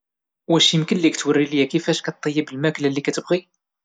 واش يمكن لك توري لينا الماكلة كيفاش طيب الماكلة اللي كتبغي؟